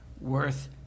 worth